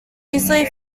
easily